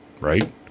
right